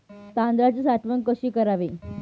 तांदळाची साठवण कशी करावी?